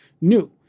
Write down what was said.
new